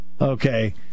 okay